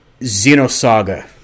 Xenosaga